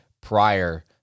prior